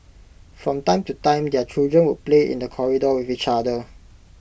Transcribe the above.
from time to time their children would play in the corridor with each other